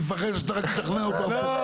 אני רק מפחד שאתה תשכנע אותו הפוך.